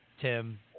Tim